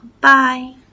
Bye